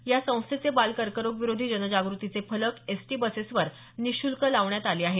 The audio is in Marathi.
या संस्थेचे बाल कर्करोगविरोधी जनजागृतीचे फलक एसटी बसेसवर निःशुल्क लावण्यात आले आहेत